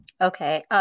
Okay